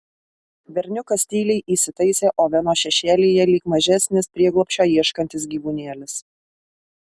berniukas tyliai įsitaisė oveno šešėlyje lyg mažesnis prieglobsčio ieškantis gyvūnėlis